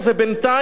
בינתיים,